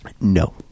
No